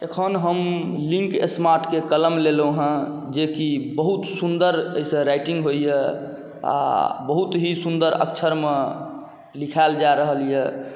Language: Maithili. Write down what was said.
एखन हम लिङ्क स्मार्टके कलम लेलहुँ हँ जेकि बहुत सुन्दर एहिसँ राइटिङ्ग होइए आओर बहुत ही सुन्दर अक्षरमे लिखाएल जा रहल अइ